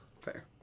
Fair